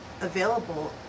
available